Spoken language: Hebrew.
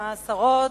והשרות,